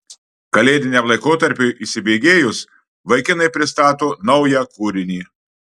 kalėdiniam laikotarpiui įsibėgėjus vaikinai pristato naują kūrinį